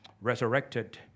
resurrected